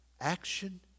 action